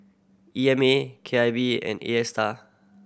E M A K I V and Astar